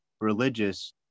religious